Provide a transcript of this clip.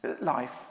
life